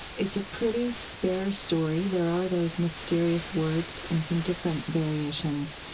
it's a pretty spare story. there are those mysterious words in some different variations.